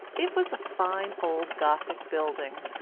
it was a fine old gothic building,